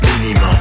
minimum